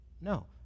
No